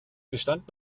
bestand